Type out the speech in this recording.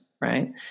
Right